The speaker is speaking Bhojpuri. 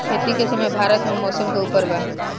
खेती के समय भारत मे मौसम के उपर बा